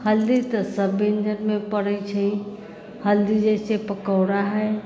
हल्दी तऽ सब व्यञ्जनमे पड़ैत छै हल्दी जइसे पकौड़ा हइ